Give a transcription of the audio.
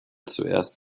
zuerst